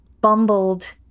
bumbled